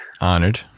Honored